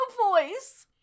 voice